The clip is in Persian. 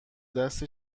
دست